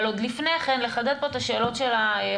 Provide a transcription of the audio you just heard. אבל עוד לפני כן, לחדד פה את השאלות של החברים: